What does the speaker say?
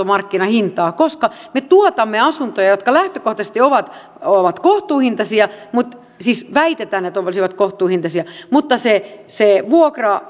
markkinahintaa koska me tuotamme asuntoja jotka lähtökohtaisesti ovat ovat kohtuuhintaisia siis väitetään että olisivat kohtuuhintaisia mutta sen kohtuuhintaisen vuokra